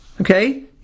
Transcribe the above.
okay